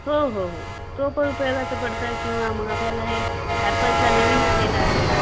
हो हो हो तो पण उपयोगाचा पडतं किंवा मग आपल्याला हे ॲपलचा नवीन आलेला आहे